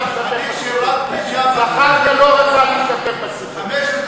זחאלקה אף פעם לא רצה להשתתף בסיפור.